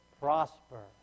prosper